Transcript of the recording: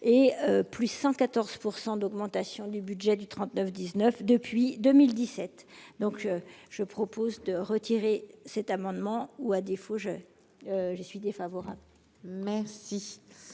et plus 114 % d'augmentation du budget du trente-neuf 19 depuis 2017 donc je propose de retirer cet amendement ou à défaut je je suis défavorable. Merci